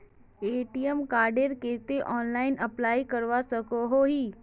ATM कार्डेर केते online apply करवा सकोहो ही?